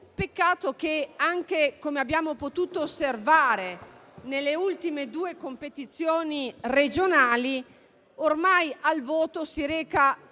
Peccato che, come abbiamo potuto osservare anche nelle ultime due competizioni regionali, ormai al voto si reca